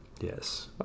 Yes